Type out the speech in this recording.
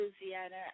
Louisiana